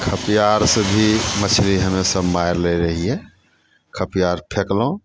खपिया आरसँ भी मछली हमेसभ मारि लैत रहियै खपिया आर फेकलहुँ